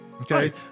okay